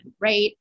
right